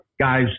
guys